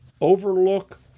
overlook